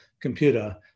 computer